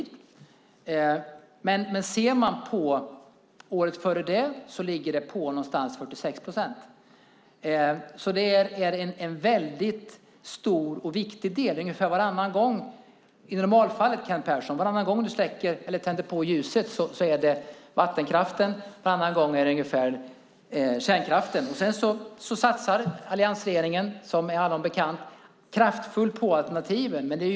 Men året före det ligger det på ungefär 46 procent. Det är en väldigt stor och viktig del. Ungefär varannan gång man tänder ljuset i normalfallet är det vattenkraften och varannan gång är det kärnkraften som står för energin. Alliansregeringen satsar som bekant kraftfullt på att alternativen.